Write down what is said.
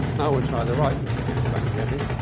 now we'll try the right note again if i can get it.